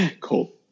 Cool